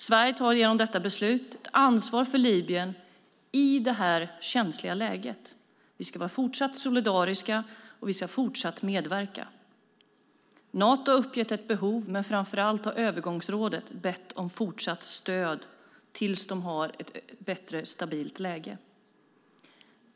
Sverige tar genom detta beslut ett ansvar för Libyen i det här känsliga läget. Vi ska vara fortsatt solidariska, och vi ska fortsatt medverka. Nato har uppgett ett behov, men framför allt har övergångsrådet bett om fortsatt stöd tills de har ett mer stabilt läge.